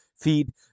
feed